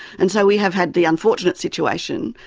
and so we have had the unfortunate situation.